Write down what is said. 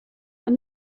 and